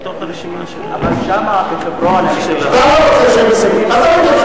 אבל שם בחברון זה ניצחון, אתה רוצה,